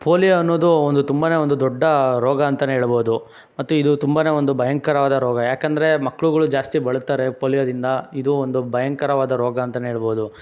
polio ಅನ್ನೋದು ಒಂದು ತುಂಬ ಒಂದು ದೊಡ್ಡ ರೋಗ ಅಂತಲೇ ಹೇಳ್ಬೋದು ಮತ್ತು ಇದು ತುಂಬ ಒಂದು ಭಯಂಕರವಾದ ರೋಗ ಯಾಕಂದರೇ ಮಕ್ಳುಗಳು ಜಾಸ್ತಿ ಬಳಲ್ತಾರೆ ಪೋಲಿಯೊದಿಂದ ಇದು ಒಂದು ಭಯಂಕರವಾದ ರೋಗ ಅಂತಲೇ ಹೇಳ್ಬೋದು